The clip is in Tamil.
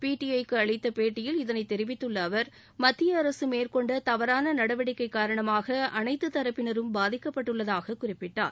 பிடிறக்கு அளித்த பேட்டியில் இதளைத் தெரிவித்துள்ள அவர் மத்திய அரசு மேற்கொண்ட தவறான நடவடிக்கை காரணமாக அனைத்து தரப்பினரும் பாதிக்கப்பட்டுள்ளதாக குறிப்பிட்டார்